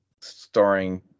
starring